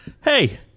hey